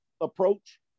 approach